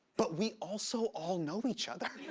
but we also all know each other.